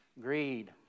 Greed